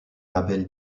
label